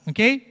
Okay